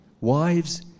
Wives